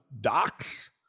docs